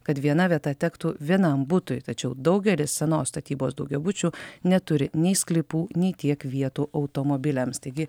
kad viena vieta tektų vienam butui tačiau daugelis senos statybos daugiabučių neturi nei sklypų nei tiek vietų automobiliams taigi